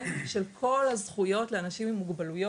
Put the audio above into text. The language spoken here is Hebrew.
התפקיד שלנו זה להביא את כל המשרדים סביב השולחן,